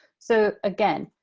so, again,